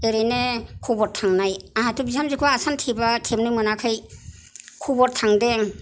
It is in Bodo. ओरैनो खबर थांनाय आहाथ' बिहामजोखौ आसान थेबा थेबनो मोनाखै खबर थांदों